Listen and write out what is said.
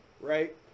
Right